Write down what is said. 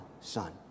son